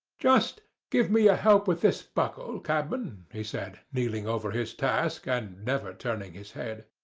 just give me a help with this buckle, cabman, he said, kneeling over his task, and never turning his head.